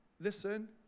Listen